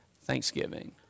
thanksgiving